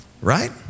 right